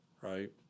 right